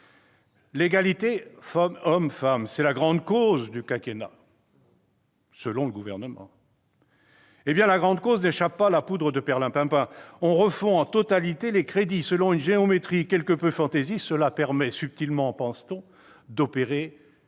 et les femmes, c'est la grande cause du quinquennat, selon le Gouvernement. Eh bien, la grande cause n'échappe pas « à la poudre de perlimpinpin ». On refond en totalité les crédits, selon une géométrie quelque peu fantaisiste. Cela permet subtilement, pense-t-on, d'opérer des